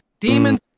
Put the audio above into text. demons